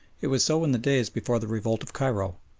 it was so in the days before the revolt of cairo.